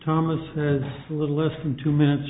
thomas with a little less than two minutes